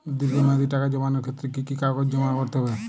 দীর্ঘ মেয়াদি টাকা জমানোর ক্ষেত্রে কি কি কাগজ জমা করতে হবে?